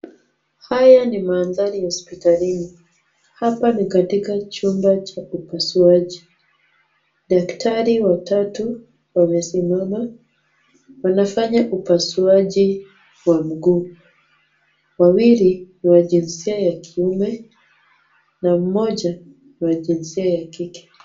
Haya ni mandhari ya hospitalini, hapa ni katika chumba cha upasuaji. Daktari watatu wamesimama wanafanya upasuaji kwa mguu, wawili ni wa jinsia ya kiume na mmoja ni wa jinsia ya kike.